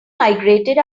migrated